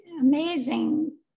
amazing